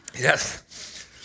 Yes